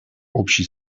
общей